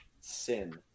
sin